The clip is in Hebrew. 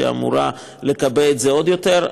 שאמורה לקבע את זה עוד יותר,